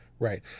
Right